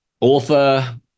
author